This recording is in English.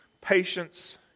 patience